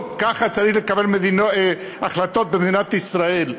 לא ככה צריך לקבל החלטות במדינת ישראל.